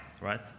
right